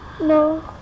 No